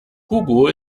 hugo